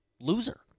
loser